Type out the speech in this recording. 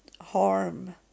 harm